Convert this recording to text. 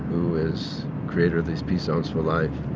who is creator of these peace zones for life,